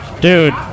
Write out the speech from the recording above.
Dude